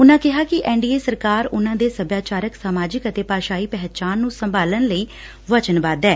ਉਨੂਾ ਕਿਹਾ ਕਿ ਐਨ ਡੀ ਏ ਸਰਕਾਰ ਉਨੂਾ ਦੇ ਸਭਿਆਚਾਰਕ ਸਮਾਜਿਕ ਅਤੇ ਭਾਸ਼ਾਈ ਪਹਿਚਾਣ ਨੂੰ ਸੰਭਾਲਣ ਲਈ ਵਚਨਬੱਧ ਐ